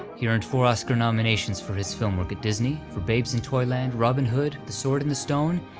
he earned four oscar nominations for his film work at disney, for babes in toyland, robin hood, the sword in the stone,